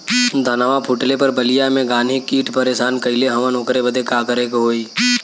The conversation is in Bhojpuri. धनवा फूटले पर बलिया में गान्ही कीट परेशान कइले हवन ओकरे बदे का करे होई?